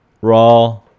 raw